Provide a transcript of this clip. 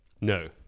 No